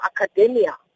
academia